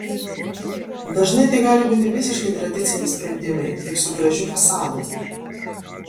dažnai tai gali būti visiškai tradiciniai sprendimai tik su gražiu fasadu